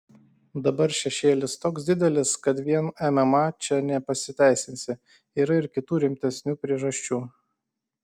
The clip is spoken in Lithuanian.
dabar šešėlis toks didelis kad vien mma čia nepasiteisinsi yra ir kitų rimtesnių priežasčių